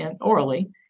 orally